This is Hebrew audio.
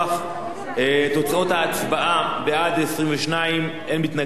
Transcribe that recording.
תוצאות ההצבעה: בעד, 22, אין מתנגדים, אין נמנעים.